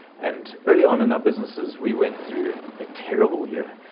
and early on in our businesses, we went through a terrible year,